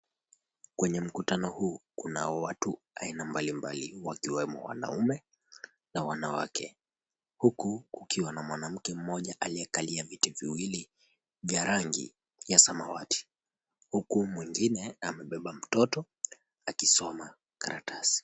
Kwenye mkutano huu, kunao watu wa aina mbalimbali, wakiwemo wanaume na wanawake. Huku kukiwa na mwanamke mmoja aliyekalia viti viwili vya rangi ya samawati. Huku mwengine amebeba mtoto akisoma karatasi.